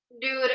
Dude